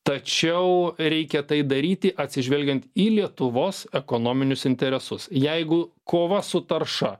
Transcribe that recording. tačiau reikia tai daryti atsižvelgiant į lietuvos ekonominius interesus jeigu kova su tarša